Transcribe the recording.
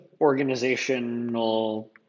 organizational